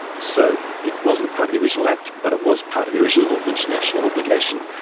so it wasn't part of the original act but it was part of the original international obligation,